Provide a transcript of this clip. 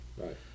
Right